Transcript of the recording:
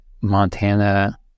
Montana